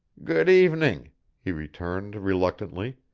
good-evening, he returned, reluctantly.